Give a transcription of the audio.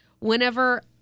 Whenever